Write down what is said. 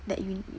that you